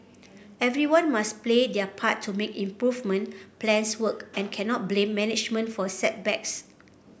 everyone must play their part to make improvement plans work and cannot blame management for setbacks